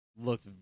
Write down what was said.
Looked